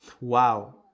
Wow